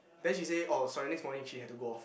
then she say oh sorry next morning she had to go off